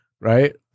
right